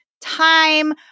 time